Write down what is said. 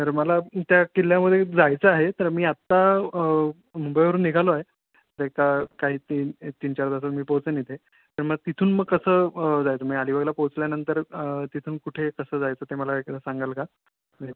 तर मला त्या किल्ल्यामध्ये जायचं आहे तर मी आत्ता मुंबईवरून निघालो आहे तर एक काही तीन तीन चार तासांत मी पोचेन इथे तर मग तिथून मग कसं जायचं म्हणजे अलीबागला पोचल्यानंतर तिथून कुठे कसं जायचं ते मला एकदा सांगाल का म्हणजे